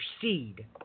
seed